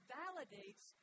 validates